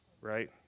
right